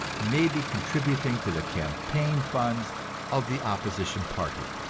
may be contributing to the campaign funds of the opposition party.